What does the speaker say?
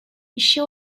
іще